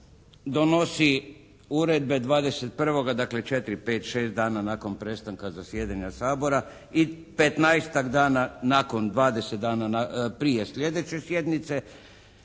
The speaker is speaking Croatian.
donosi uredbe 21. dakle 4, 5, 6 dana nakon prestanka zasjedanja Sabora i 15-tak dana nakon, 20 dana prije sljedeće sjednice